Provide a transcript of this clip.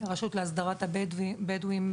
הרשות להסדרת הבדואים,